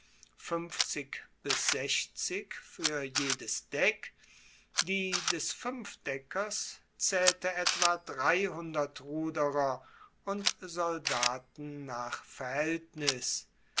fuer jedes deck die des fuenfdeckers zaehlte etwa dreihundert ruderer und soldaten nach verhaeltnis